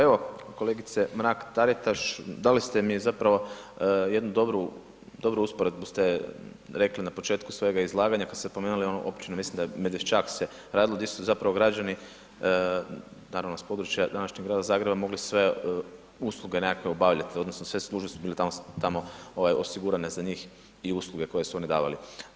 Evo, kolegice Mrak Taritaš, dali ste mi zapravo jednu dobru usporedbu ste rekli na početku svojega izlaganja, pa ste spomenuli onu općinu, mislim da Medvešćak se radilo, gdje su zapravo građani, naravno s područja današnjeg Grada Zagreba, mogu sve usluge nekakve obavljati, odnosno, sve službe su bili tamo osigurane za njih i usluge koje su one davali.